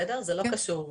זה לא קשור,